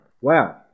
Wow